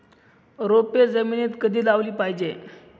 रोपे जमिनीत कधी लावली पाहिजे?